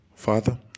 Father